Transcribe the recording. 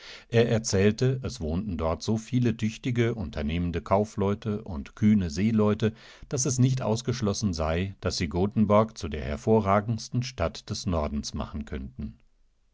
er erzählte es wohnten dort so viele tüchtige unternehmende kaufleute und kühne seeleute daß es nicht ausgeschlossen sei daß sie gotenborg zu der hervorragendsten stadt des nordens machen könnten